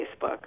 Facebook